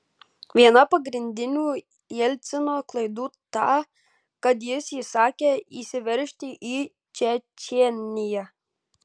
viena pagrindinių jelcino klaidų ta kad jis įsakė įsiveržti į čečėniją